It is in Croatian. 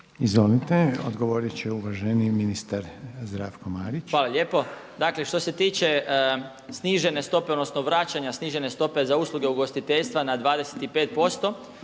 Izvolite, odgovorit će uvaženi ministar Zdravko Marić. **Marić, Zdravko** Hvala lijepo. Dakle, što se tiče snižene stope, odnosno vraćanja snižene stope za usluge ugostiteljstva na 25%,